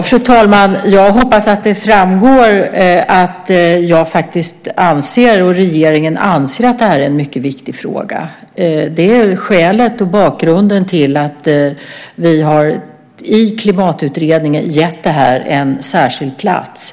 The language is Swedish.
Fru talman! Jag hoppas att det framgår att jag och regeringen faktiskt anser att det här är en mycket viktig fråga. Det är skälet och bakgrunden till att vi i Klimatutredningen har gett frågan en särskild plats.